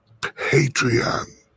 Patreon